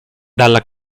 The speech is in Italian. dalla